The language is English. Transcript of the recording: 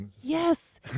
Yes